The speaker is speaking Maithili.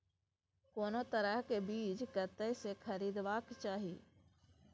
कोनो तरह के बीज कतय स खरीदबाक चाही?